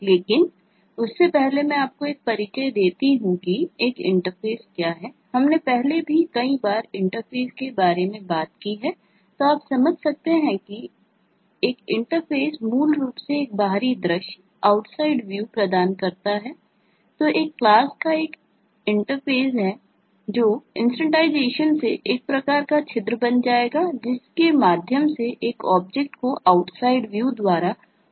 लेकिन उससे पहले मैं आपको एक परिचय देता हूं कि एक इंटरफ़ेस किया जा सकता है